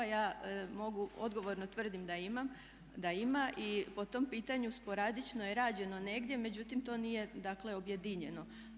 Ja odgovorno tvrdim da ima i po tom pitanju sporadično je rađeno negdje, međutim to nije dakle objedinjeno.